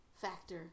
factor